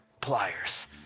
pliers